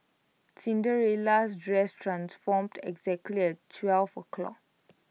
Cinderella's dress transformed exactly at twelve o'clock